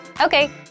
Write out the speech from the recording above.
Okay